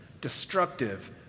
destructive